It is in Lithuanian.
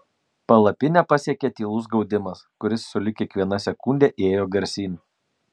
palapinę pasiekė tylus gaudimas kuris sulig kiekviena sekunde ėjo garsyn